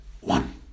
one